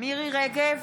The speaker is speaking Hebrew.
מירי מרים רגב,